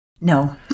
No